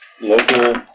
local